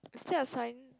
is there a sign